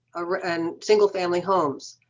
or and single family homes.